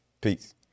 Peace